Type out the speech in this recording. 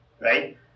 right